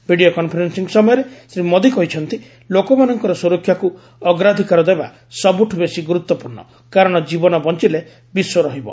video conferencing ସମୟରେ ଶ୍ରୀ ମୋଦୀ କହିଛନ୍ତି ଲୋକମାନଙ୍କର ସୁରକ୍ଷାକୁ ଅଗ୍ରାଧିକାର ଦେବା ସବୁଠୁ ବେଶି ଗୁରୁତ୍ୱପୂର୍ଣ୍ଣ କାରଣ ଜୀବନ ବଞ୍ଚିଲେ ବିଶ୍ୱ ରହିବ